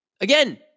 Again